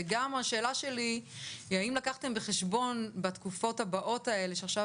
וגם השאלה שלי היא האם לקחתם בחשבון בתקופות הבאות האלה שעכשיו